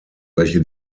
welche